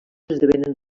esdevenen